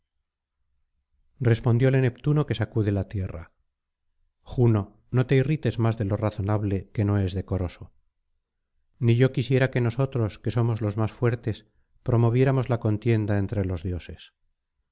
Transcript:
respondióle neptuno que sacude la tierra juno no te irrites más de lo razonable que no es decoroso ni yo quisiera que nosotros que somos los más fuertes promoviéramos la contienda entre los dioses